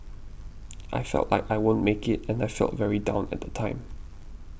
I felt like I won't make it and I felt very down at the time